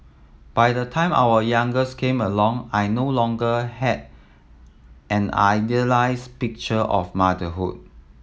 by the time our youngest came along I no longer had an idealised picture of motherhood